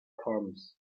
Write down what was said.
proms